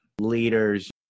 leaders